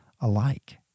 alike